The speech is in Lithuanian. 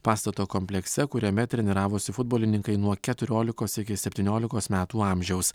pastato komplekse kuriame treniravosi futbolininkai nuo keturiolikos iki septyniolikos metų amžiaus